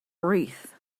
wreath